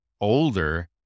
older